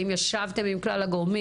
האם ישבתם עם כלל הגורמים?